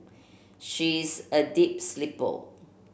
she is a deep sleeper